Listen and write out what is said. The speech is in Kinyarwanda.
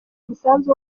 umusanzu